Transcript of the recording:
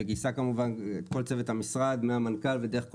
ואיתה כמובן כל צוות המשרד, מהמנכ"ל ודרך איגור,